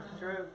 True